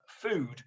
food